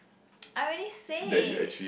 I already said